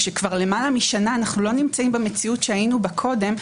כאשר כבר למעלה משנה אנחנו לא נמצאים במציאות שהיינו בה קודם,